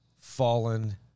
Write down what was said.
fallen